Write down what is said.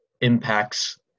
impacts